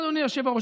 אדוני היושב-ראש,